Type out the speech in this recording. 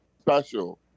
special